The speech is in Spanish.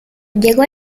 llegó